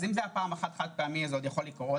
אם זה היה חד-פעמי, זה עוד יכול לקרות.